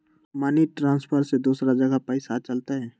Money transfer से दूसरा जगह पईसा चलतई?